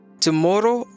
tomorrow